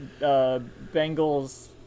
Bengals